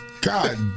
God